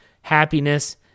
happiness